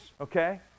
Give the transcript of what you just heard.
Okay